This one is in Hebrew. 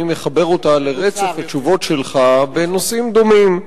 מחבר אותה לרצף התשובות שלך בנושאים דומים,